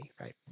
right